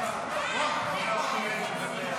הוא לא יכול לדבר.